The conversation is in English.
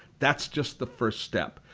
that's just the first step.